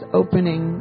opening